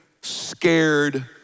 scared